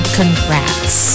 Congrats